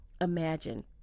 imagine